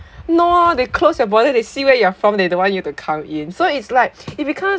no ah they close their border they see where you are from they don't want you to come in so it's like it becomes